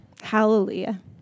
Hallelujah